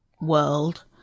world